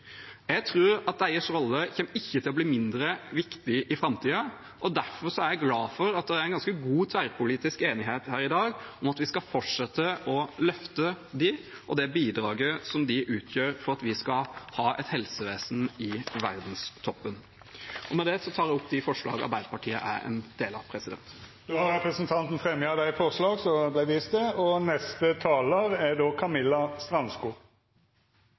Jeg tror at deres rolle ikke kommer til å bli mindre viktig i framtiden. Derfor er jeg glad for at det er en ganske bred, tverrpolitisk enighet her i dag om at vi skal fortsette å løfte dem og det bidraget de gir for at vi skal ha et helsevesen i verdenstoppen. Med det tar jeg opp de forslagene som Arbeiderpartiet er en del av. Representanten Tellef Inge Mørland har teke opp dei forslaga han refererte til. For Høyre er